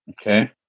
okay